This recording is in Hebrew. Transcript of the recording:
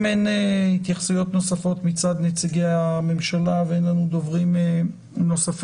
אם אין התייחסויות נוספות מצד נציגי הממשלה ואין לנו דוברים נוספים,